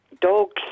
Dogs